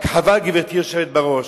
רק חבל, גברתי היושבת בראש,